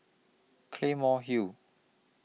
Claymore Hill